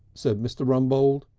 said mr. rumbold,